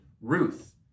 Ruth